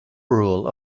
rule